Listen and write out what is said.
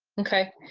okay.